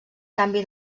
canvi